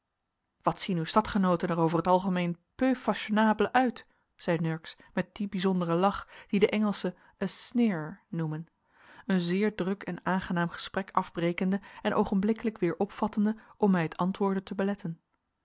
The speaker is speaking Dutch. wat zien uw stadgenooten er over t algemeen peu fashionable uit zei nurks met dien bijzonderen lach die de engelschen a sneer noemen een zeer druk en aangenaam gesprek afbrekende en oogenblikkelijk weer opvattende om mij het antwoorden te beletten